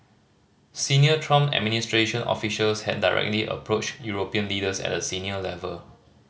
Senior Trump administration officials had directly approached European leaders at a senior level